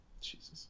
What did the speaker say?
Jesus